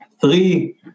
three